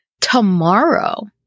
tomorrow